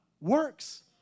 works